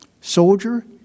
soldier